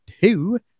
two